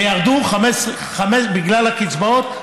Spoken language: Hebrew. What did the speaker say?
ובגלל הקצבאות,